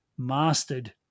Mastered